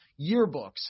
yearbooks